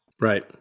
Right